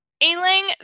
Ailing